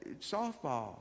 softball